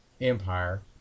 Empire